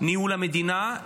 ניהול המדינה,